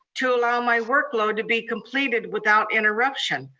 to allow my workload to be completed without interruption.